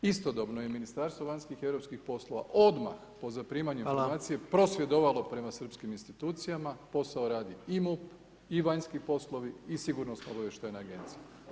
Istodobno je Ministarstvo vanjskih i europskih poslova odmah po zaprimanju informacije [[Upadica: Hvala.]] prosvjedovalo prema srpskim institucijama, posao radi i MUP i vanjski poslovi i sigurnosno obavještajna agencija.